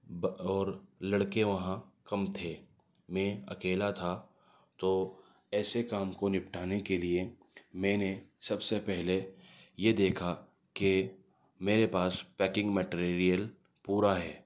اور لڑکے وہاں کم تھے میں اکیلا تھا تو ایسے کام کو نپٹانے کے لئے میں نے سب سے پہلے یہ دیکھا کہ میرے پاس پیکنگ مٹیریل پورا ہے